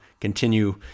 continue